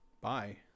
Bye